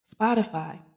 Spotify